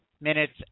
minutes